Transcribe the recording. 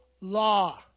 law